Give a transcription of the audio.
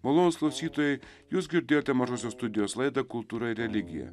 malonūs klausytojai jūs girdėjote mažosios studijos laidą kultūra ir religija